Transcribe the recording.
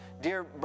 dear